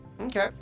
okay